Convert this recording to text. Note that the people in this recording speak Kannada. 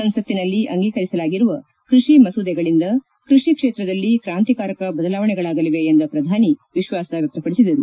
ಸಂಸತ್ನನಲ್ಲಿ ಅಂಗೀಕರಿಸಲಾಗಿರುವ ಕೃಷಿ ಮಸೂದೆಗಳಿಂದ ಕೃಷಿ ಕ್ಷೇತ್ರದಲ್ಲಿ ಕ್ರಾಂತಿಕಾರಕ ಬದಲಾವಣೆಗಳಾಗಲಿವೆ ಎಂದ ಪ್ರಧಾನಿ ವಿಶ್ವಾಸ ವ್ಯಕ್ತಪಡಿಸಿದರು